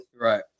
Right